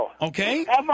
Okay